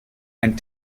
and